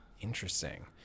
Interesting